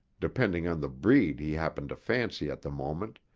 depending on the breed he happened to fancy at the moment,